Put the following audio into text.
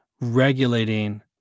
regulating